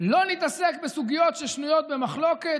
ולא נתעסק בסוגיות ששנויות במחלוקת,